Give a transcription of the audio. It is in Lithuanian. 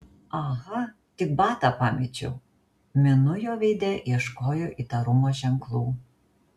aha tik batą pamečiau minu jo veide ieškojo įtarumo ženklų